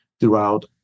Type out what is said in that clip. throughout